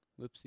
Whoopsie